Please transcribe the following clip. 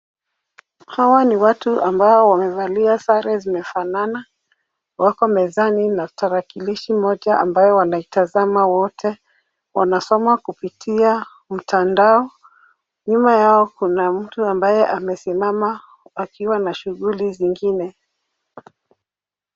Hawa ni watu ambao wamevalia sare zimefanana. Wako mezani na tarakilishi moja ambayo wanaitazama wote. Wanasoma kupitia mtandao. Nyuma yao kuna mtu ambaye amesimama akiwa na shughuli zingine.